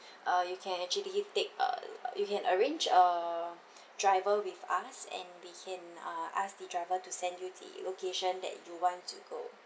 uh you can actually take a you can arrange a driver with us and we can ah ask the driver to send you the location that you want to go